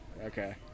Okay